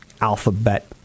Alphabet